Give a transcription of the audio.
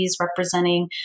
representing